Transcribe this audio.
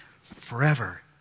forever